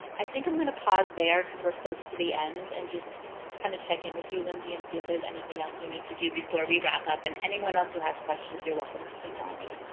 i think i'm gonna pause there cause we're close to the end and just kind of check in with you lindsey and see if there's anything else we need to do before we wrap up. and anyone else who has questions you're welcome to email me.